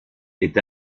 est